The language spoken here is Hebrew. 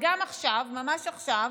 וגם עכשיו, ממש עכשיו,